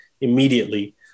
immediately